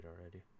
already